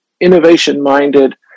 innovation-minded